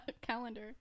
calendar